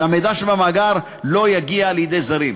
שהמידע שבמאגר לא יגיע לידי זרים.